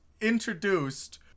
introduced